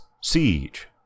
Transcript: Siege